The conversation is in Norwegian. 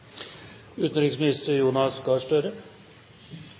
utenriksminister Jonas Gahr Støre